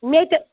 مےٚ تہِ